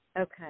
okay